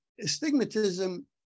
Astigmatism